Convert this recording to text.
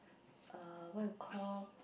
uh what you call